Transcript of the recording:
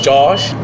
Josh